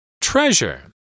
Treasure